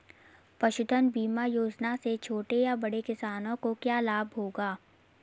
पशुधन बीमा योजना से छोटे या बड़े किसानों को क्या लाभ होगा?